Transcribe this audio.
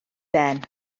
ben